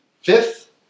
Fifth